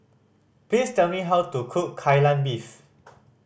please tell me how to cook Kai Lan Beef